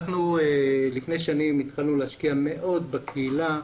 לפני שנים התחלנו להשקיע מאוד בקהילה.